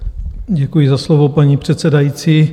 Děkuji za slovo, paní předsedající.